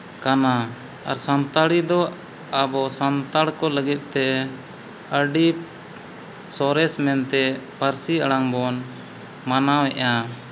ᱠᱟᱱᱟ ᱟᱨ ᱥᱟᱱᱛᱟᱲᱤ ᱫᱚ ᱟᱵᱚ ᱥᱟᱱᱛᱟᱲ ᱠᱚ ᱞᱟᱹᱜᱤᱫᱛᱮ ᱟᱹᱰᱤ ᱥᱚᱨᱮᱥ ᱢᱮᱱᱛᱮᱫ ᱯᱟᱹᱨᱥᱤ ᱟᱲᱟᱝ ᱵᱚᱱ ᱢᱟᱱᱟᱣᱮᱫᱼᱟ